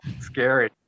scary